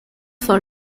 for